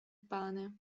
pane